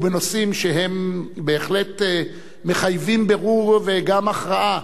בנושאים שהם בהחלט מחייבים בירור וגם הכרעה,